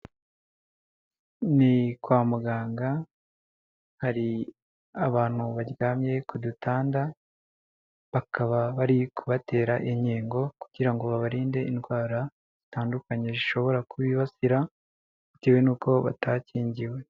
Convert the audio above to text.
Ni kwa muganga hari abantu baryamye ku dutanda bakaba bari kubatera inkingo kugira ngo babarinde indwara zitandukanye zishobora kubibasira bitewe n'uko batakingiwe.